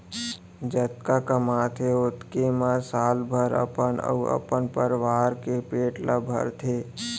जतका कमाथे ओतके म साल भर अपन अउ अपन परवार के पेट ल भरथे